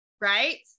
Right